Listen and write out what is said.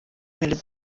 melody